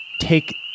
take